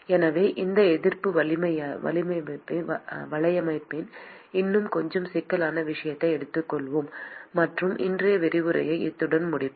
எனவே இந்த எதிர்ப்பு வலையமைப்பின் இன்னும் கொஞ்சம் சிக்கலான விஷயத்தை எடுத்துக்கொள்வோம் மற்றும் இன்றைய விரிவுரையை இத்துடன் முடிப்போம்